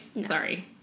Sorry